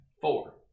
Four